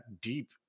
deep